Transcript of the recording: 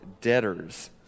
debtors